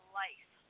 life